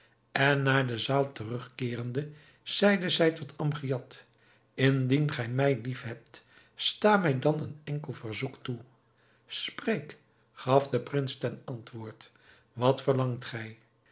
en naar de zaal terugkeerende zeide zij tot amgiad indien gij mij liefhebt sta mij dan een enkel verzoek toe spreek gaf de prins ten antwoord wat verlangt gij